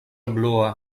blua